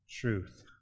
truth